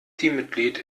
teammitglied